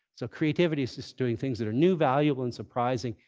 so creativity is just doing things that are new, valuable, and surprising,